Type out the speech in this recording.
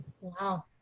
Wow